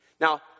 Now